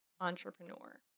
entrepreneur